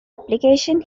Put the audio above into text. application